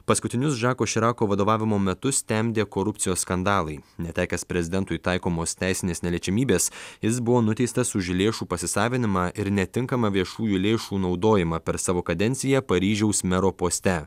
paskutinius žako širako vadovavimo metus temdė korupcijos skandalai netekęs prezidentui taikomos teisinės neliečiamybės jis buvo nuteistas už lėšų pasisavinimą ir netinkamą viešųjų lėšų naudojimą per savo kadenciją paryžiaus mero poste